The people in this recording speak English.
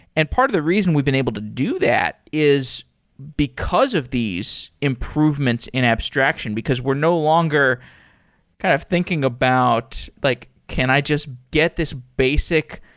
and part of the reason we've been able to do that is because of these improvements in abstraction, because we're no longer kind of thinking about like can i just get this basic,